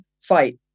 fight